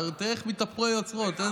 תראה איך התהפכו היוצרות.